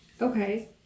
Okay